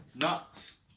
Nuts